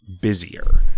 busier